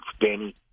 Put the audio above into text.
Danny